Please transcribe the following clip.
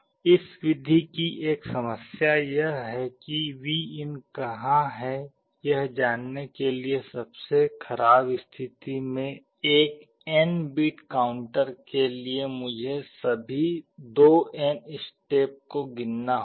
इस विधि की एक समस्या यह है कि Vin कहां है यह जानने के लिए सबसे खराब स्थिति में एक n बिट काउंटर के लिए मुझे सभी 2n स्टेप को गिनना होगा